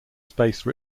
space